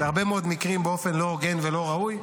בהרבה מאוד מקרים באופן לא הוגן ולא ראוי.